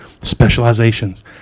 specializations